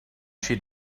she